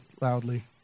loudly